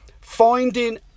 finding